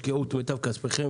תשקיעו את מיטב כספכם,